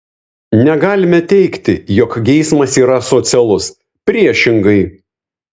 negalime teigti jog geismas yra asocialus priešingai